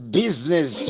business